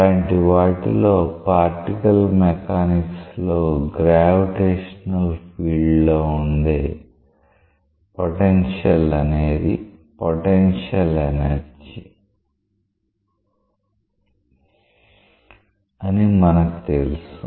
అలాంటి వాటిలో particle mechanics లో గ్రావిటేషనల్ ఫీల్డ్ లో వుండే పొటెన్షియల్ అనేది పొటెన్షియల్ ఎనర్జీ అని మనకి తెలుసు